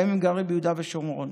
גם אם הם גרים ביהודה ושומרון,